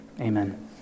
Amen